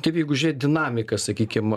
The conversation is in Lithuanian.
taip jeigu žiūrėt dinamiką sakykim